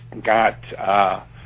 got